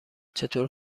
چطور